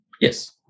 yes